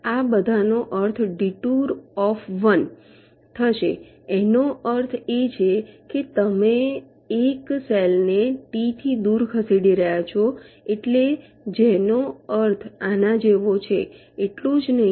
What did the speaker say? આ બધાનો અર્થ ડિટુર ઓફ 1 થશે તેનો અર્થ એ છે કે તમે એક સેલ ને T થી દૂર ખસેડી રહ્યા છો એટલે જેનો અર્થ આના જેવો છે એટલું જ નહીં